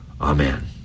Amen